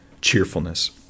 cheerfulness